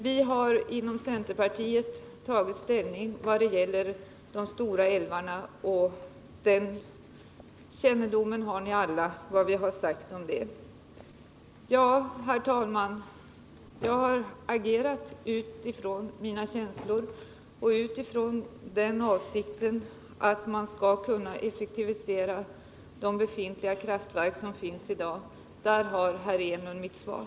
Vi har inom centerpartiet tagit ställning vad gäller de stora älvarna, och ni känner alla till vad vi sagt. Herr talman! Jag har agerat utifrån mina känslor och utifrån ståndpunkten att man skall kunna effektivisera de kraftverk som finns i dag. Där har herr Enlund mitt svar.